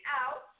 out